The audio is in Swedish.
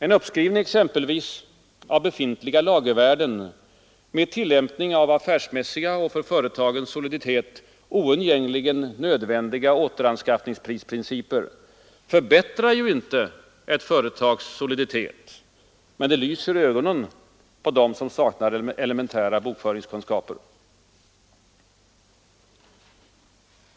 En uppskrivning exempelvis av befintliga lagervärden med tillämpning av affärsmässiga och för företagens soliditet oundgängligen nödvändiga återanskaffningsprisprinciper förbättrar icke ett företags soliditet, men den lyser i ögonen på dem som saknar elementära bokföringskunskaper.